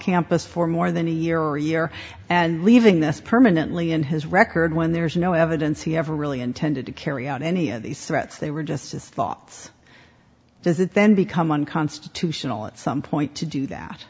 campus for more than a year or a year and leaving this permanently in his record when there's no evidence he ever really intended to carry out any of these threats they were just his thoughts does it then become unconstitutional at some point to do that